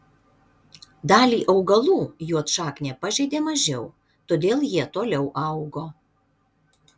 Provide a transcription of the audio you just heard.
dalį augalų juodšaknė pažeidė mažiau todėl jie toliau augo